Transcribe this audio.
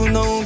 no